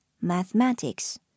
mathematics